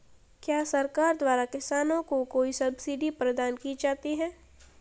क्या सरकार द्वारा किसानों को कोई सब्सिडी प्रदान की जाती है?